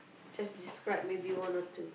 just describe maybe one or two